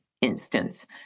instance